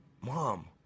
Mom